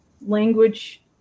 language